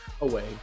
away